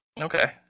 Okay